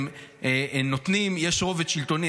יש רובד שלטוני,